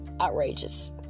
outrageous